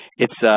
it is